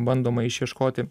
bandoma išieškoti